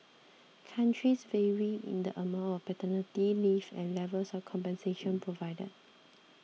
countries vary in the amount of paternity leave and levels of compensation provided